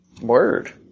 Word